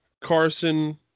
Carson